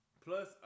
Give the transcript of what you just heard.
plus